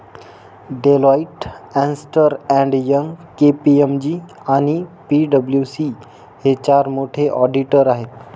Deloitte, अस्न्टर and Young, KPMG आणि पी.डब्ल्यू.सी हे चार मोठे ऑडिटर आहेत